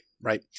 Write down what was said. right